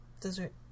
dessert